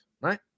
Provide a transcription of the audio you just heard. right